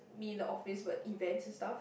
me in the office but events and stuff